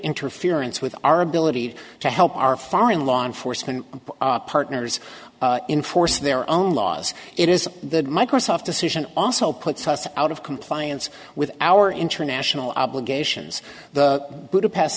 interference with our ability to help our foreign law enforcement partners in force their own laws it is the microsoft decision also puts us out of compliance with our international obligations the budapest